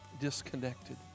disconnected